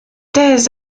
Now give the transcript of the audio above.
thèses